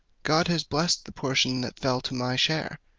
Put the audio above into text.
god has blest the portion that fell to my share,